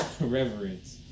Reverence